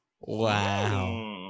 wow